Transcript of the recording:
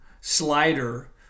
slider